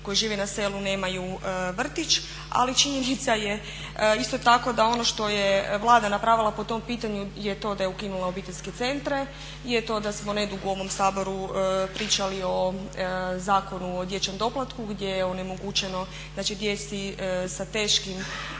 koji žive na selu nemaju vrtić. Ali činjenica je isto tako da ono što je Vlada napravila po tom pitanju je to da je ukinula obiteljske centre, je to da smo nedugo u ovom Saboru pričali o Zakonu o dječjem doplatku gdje je onemogućeno, znači gdje sa teškim